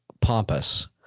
pompous